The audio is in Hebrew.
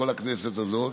כל הכנסת הזאת,